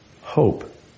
hope